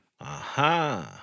Aha